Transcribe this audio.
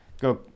go